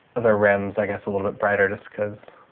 other rims, i guess a little bit brighter just cause,